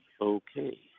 Okay